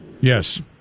Yes